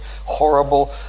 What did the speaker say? horrible